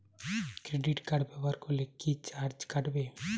Credit card ব্যাবহার করলে কি চার্জ কাটবে?